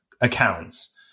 accounts